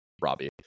Robbie